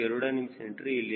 c ಇಲ್ಲಿದೆ